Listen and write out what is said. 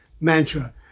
mantra